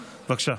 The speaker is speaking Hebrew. בבקשה.